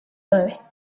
nueve